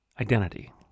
identity